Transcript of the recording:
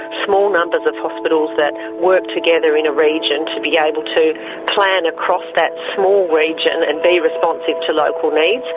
small numbers of hospitals that and work together in a region to be yeah able to plan across that small region and be responsive to local needs.